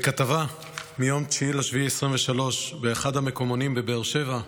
בכתבה מיום 9 ביולי 2023 באחד המקומונים בבאר שבע,